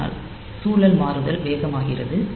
இதனால் சூழல் மாறுதல் வேகமாகிறது